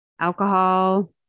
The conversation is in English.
alcohol